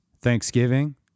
Thanksgiving